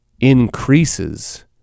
increases